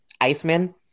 iceman